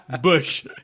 bush